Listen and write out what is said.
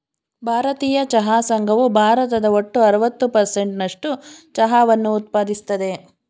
ಭಾರತೀಯ ಚಹಾ ಸಂಘವು ಭಾರತದ ಒಟ್ಟು ಅರವತ್ತು ಪರ್ಸೆಂಟ್ ನಸ್ಟು ಚಹಾವನ್ನ ಉತ್ಪಾದಿಸ್ತದೆ